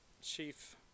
Chief